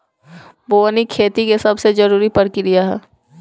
बोअनी खेती के सबसे जरूरी प्रक्रिया हअ